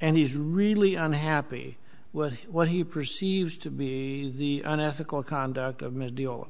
and he's really unhappy with what he perceives to be unethical conduct of ms deal